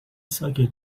ساکت